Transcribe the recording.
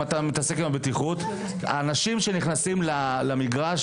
אנשים שנכנסים למגרש,